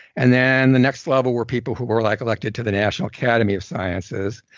and then the next level were people who were like elected to the national academy of sciences,